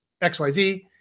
XYZ